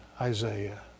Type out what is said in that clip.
Isaiah